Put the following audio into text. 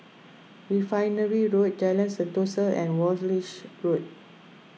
Refinery Road Jalan Sentosa and Walshe Road